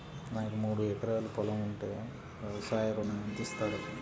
నాకు మూడు ఎకరాలు పొలం ఉంటే వ్యవసాయ ఋణం ఎంత ఇస్తారు?